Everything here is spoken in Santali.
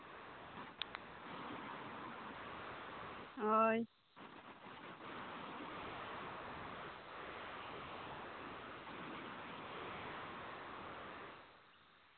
ᱦᱳᱭ